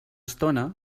estona